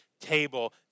table